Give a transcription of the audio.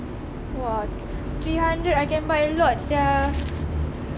!wah! three hundred I can buy a lot sia